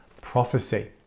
prophecy